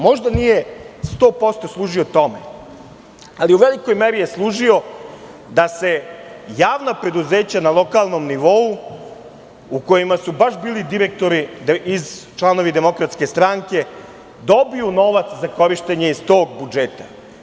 Možda nije 100 posto služio tome, ali je u velikoj meri služio da se javna preduzeća na lokalnom nivou, u kojima su baš bili direktori, članovi DS, dobiju novac za korišćenje iz tog budžeta.